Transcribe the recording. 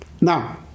now